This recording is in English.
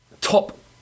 top